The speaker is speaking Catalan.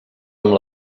amb